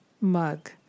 mug